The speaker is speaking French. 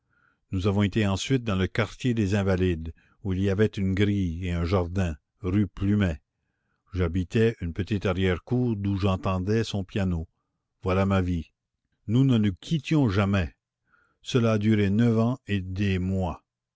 nous avons été ensuite dans le quartier des invalides où il y avait une grille et un jardin rue plumet j'habitais une petite arrière-cour d'où j'entendais son piano voilà ma vie nous ne nous quittions jamais cela a duré neuf ans et des mois